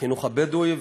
החינוך הבדואי,